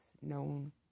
known